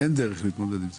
אין דרך להתמודד עם זה.